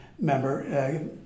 member